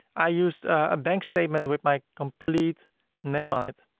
i used a bank statement with my complete name on it.